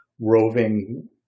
roving